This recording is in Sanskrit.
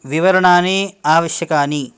विवरणानि आवश्यकानि